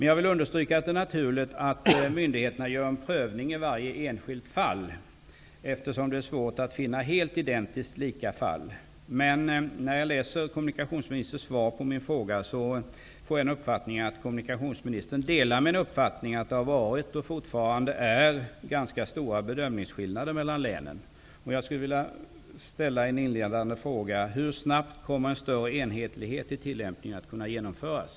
Jag vill understryka att det är naturligt att myndigheterna gör en prövning i varje enskilt fall, eftersom det är svårt att finna helt identiskt lika fall. Av kommunikationsministerns svar på min fråga fick jag uppfattningen att kommunikationsministern instämmer med mig i att det har varit och fortfarande är ganska stora skillnader på bedömningarna i de olika länen. Hur snabbt kommer en större enhetlighet i tillämpningen att kunna genomföras?